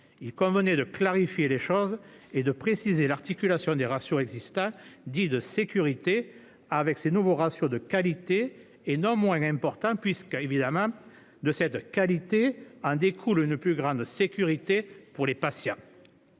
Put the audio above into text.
Il convenait de clarifier les choses et de préciser l'articulation des ratios existants, dits de sécurité, avec ces nouveaux ratios de qualité, non moins importants : de cette qualité, évidemment, découle une plus grande sécurité pour les patients.